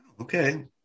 Okay